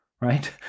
right